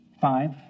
Five